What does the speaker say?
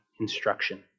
instruction